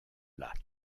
lacs